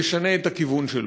ישנה את הכיוון שלו.